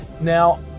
Now